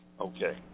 Okay